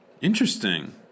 Interesting